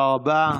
תודה רבה.